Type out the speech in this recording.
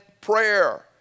prayer